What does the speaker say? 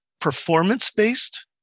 performance-based